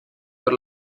per